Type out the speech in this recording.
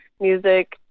music